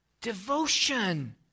Devotion